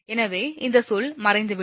எனவே இந்த சொல் மறைந்துவிடும்